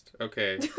Okay